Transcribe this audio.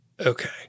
Okay